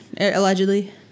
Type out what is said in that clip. allegedly